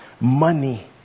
Money